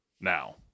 now